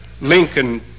Lincoln